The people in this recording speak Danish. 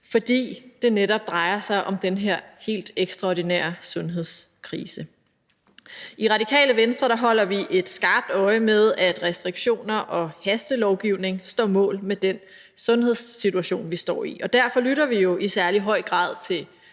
fordi det netop drejer sig om den her helt ekstraordinære sundhedskrise. I Radikale Venstre holder vi et skarpt øje med, at restriktioner og hastelovgivning står mål med den sundhedssituation, vi står i. Derfor lytter vi jo i særlig høj grad til